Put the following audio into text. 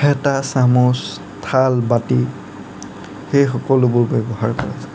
হেতা চামুচ থাল বাটি সেই সকলোবোৰ ব্যৱহাৰ কৰা যায়